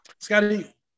Scotty